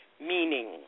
meaning